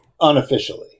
Unofficially